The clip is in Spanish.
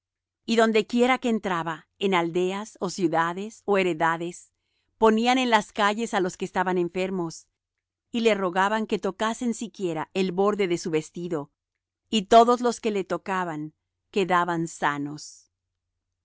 y donde quiera que entraba en aldeas ó ciudades ó heredades ponían en las calles á los que estaban enfermos y le rogaban que tocasen siquiera el borde de su vestido y todos los que le tocaban quedaban sanos